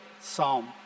psalm